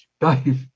Dave